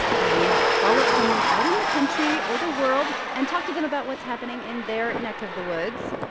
where we call up someone out in the country or the world and talk to them about what's happening in their neck of the woods.